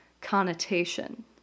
connotation